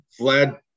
Vlad